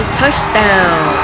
touchdown